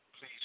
please